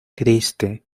triste